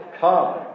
Come